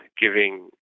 giving